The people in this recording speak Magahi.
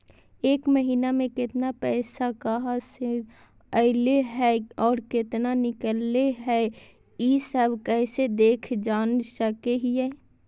एक महीना में केतना पैसा कहा से अयले है और केतना निकले हैं, ई सब कैसे देख जान सको हियय?